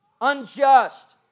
unjust